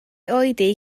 oedi